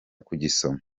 kugisoma